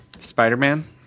spider-man